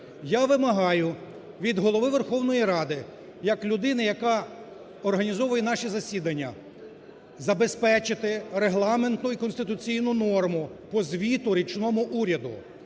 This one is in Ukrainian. Я вимагаю від Голови Верховної Ради як людини, яка організовує наші засідання, забезпечити регламентну і конституційну норму по звіту річному уряду